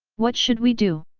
what should we do?